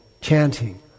chanting